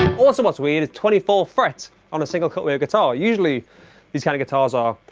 also what's weird, it's twenty four frets on a single cutaway a guitar. usually these kind of guitars are.